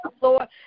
Lord